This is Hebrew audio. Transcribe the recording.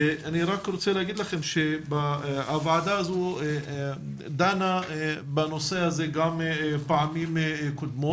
אני רק רוצה להגיד לכם שהועדה הזו דנה בנושא הזה גם פעמים קודמות,